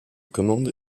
commande